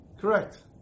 Correct